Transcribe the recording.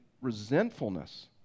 resentfulness